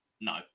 No